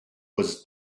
was